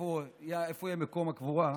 איפה יהיה מקום הקבורה,